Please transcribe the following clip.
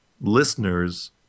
listeners